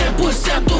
100%